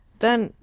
then,